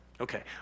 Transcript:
okay